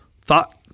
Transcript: thought